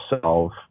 solve